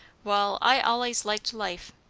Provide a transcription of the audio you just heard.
wall, i allays liked life.